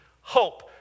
hope